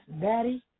Daddy